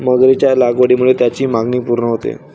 मगरीच्या लागवडीमुळे त्याची मागणी पूर्ण होते